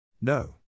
No